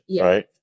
right